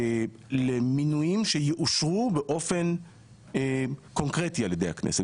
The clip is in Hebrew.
הזה למינויים שיאושרו באופן קונקרטי על ידי הכנסת.